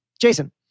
Jason